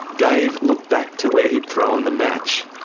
dave looked back to where he'd thrown the match.